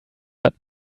but